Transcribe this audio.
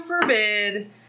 forbid